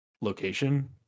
location